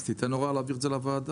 אז תן הוראה להעביר את זה לוועדה.